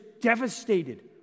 devastated